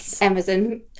Amazon